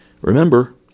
Remember